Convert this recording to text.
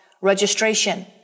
registration